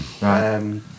Right